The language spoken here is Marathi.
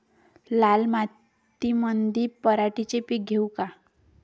लाल मातीमंदी पराटीचे पीक घेऊ का?